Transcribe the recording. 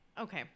okay